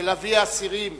של אבי האסירים